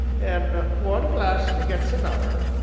an' one glass begets another.